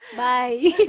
bye